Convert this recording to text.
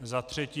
Za třetí.